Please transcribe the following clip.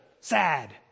sad